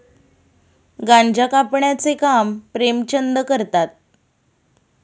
गांजा कापण्याचे काम प्रेमचंद करतात